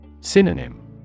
Synonym